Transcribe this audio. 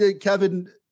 Kevin